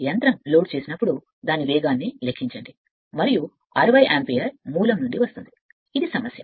యంత్రం లోడ్ అయినప్పుడు దాని వేగాన్ని లెక్కించండి మరియు 60 యాంపియర్ మూలం నుండి తీసుకోండి ఇది సమస్య